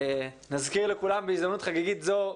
נזכיר לכולם בהזדמנות חגיגית זו,